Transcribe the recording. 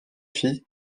fille